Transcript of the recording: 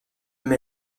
mais